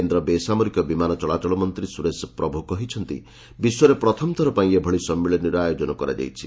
କେନ୍ଦ୍ର ବେସାମରିକ ବିମାନ ଚଳାଚଳ ମନ୍ତ୍ରୀ ସୁରେଶ ପ୍ରଭୁ କହିଛନ୍ତି ବିଶ୍ୱରେ ପ୍ରଥମଥର ପାଇଁ ଏଭଳି ସମ୍ମିଳନୀର ଆୟୋଜନ କରାଯାଇଛି